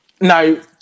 No